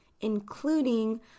including